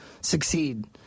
succeed